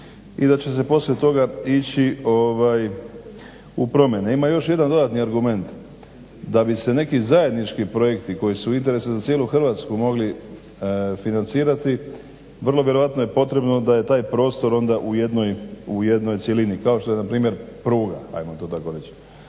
i da će se poslije toga ići u promjene. Ima još jedan dodatni argument, da bi se neki zajednički projekti koji su u interesu za cijelu Hrvatsku mogli financirati vrlo vjerojatno je potrebno da je taj prostor onda u jednoj cjelini kao što je npr. pruga ajmo to tako reći